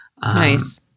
Nice